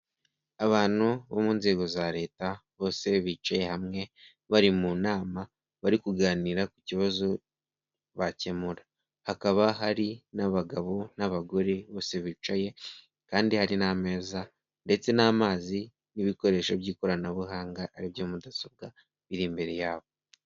Abantu bo mu nzego za leta bose bicaye hamwe bari mu nama bari kuganira ku kibazo bakemura, hakaba hari n'abagabo n'abagore bose bicaye kandi hari n'ameza ndetse n'amazi n'ibikoresho by'ikoranabuhanga aribyo mudasobwa biri imbere yabo.